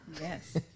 Yes